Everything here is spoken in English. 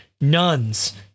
nuns